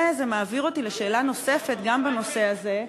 זה מעביר אותי לשאלה נוספת, גם בנושא הזה: